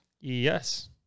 Yes